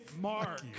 mark